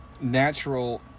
natural